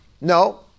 no